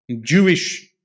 Jewish